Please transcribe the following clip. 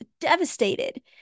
devastated